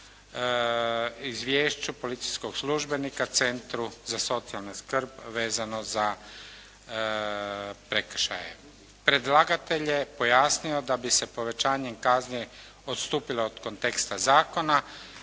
izvješću policijskog službenika Centru za socijalnu skrb vezano za prekršaje. Predlagatelj je pojasnio da bi se povećanjem kazne odstupilo od konteksta zakona,